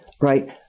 right